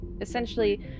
essentially